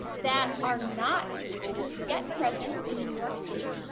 that are not yet present in new york state